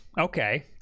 okay